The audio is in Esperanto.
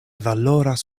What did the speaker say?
valoras